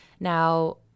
Now